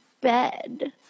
bed